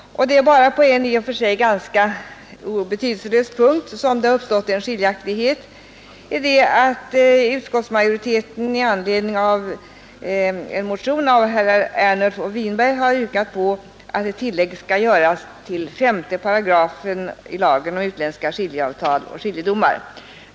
Det är bara på en i och för sig ganska betydelselös punkt som det uppstått en skiljaktighet. Utskottsmajoriteten har i anledning av en motion av herrar Ernulf och Winberg yrkat att ett tillägg skall göras till 5 § lagen om utländska skiljeavtal och skiljedomar.